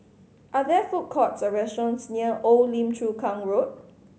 are there food courts or restaurants near Old Lim Chu Kang Road